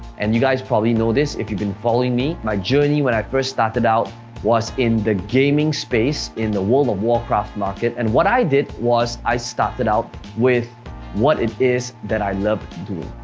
and you guys probably know this if you've been following me, my journey when i first started out was in the gaming space in the world of warcraft market, and what i did was i started out with what it is that i love doing.